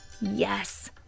Yes